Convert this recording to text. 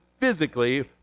physically